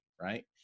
right